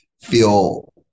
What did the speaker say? feel